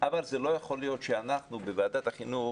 אבל לא יכול להיות שאנחנו בוועדת החינוך